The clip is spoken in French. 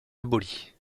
aboli